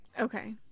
okay